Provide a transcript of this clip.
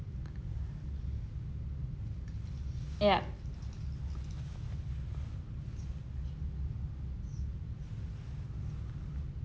yup